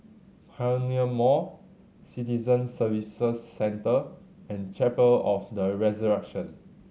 Pioneer Mall Citizen Services Centre and Chapel of the Resurrection